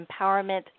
Empowerment